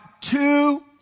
two